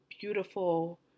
beautiful